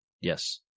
Yes